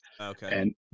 Okay